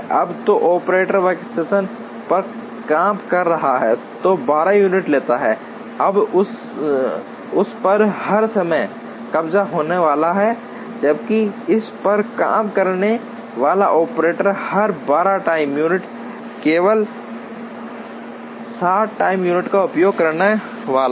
अब जो operator workstation पर काम कर रहा है जो 12 यूनिट लेता है उस पर हर समय कब्जा होने वाला है जबकि इस पर काम करने वाला ऑपरेटर हर 12 टाइम यूनिट के लिए केवल 7 टाइम यूनिट का उपयोग करने वाला है